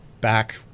back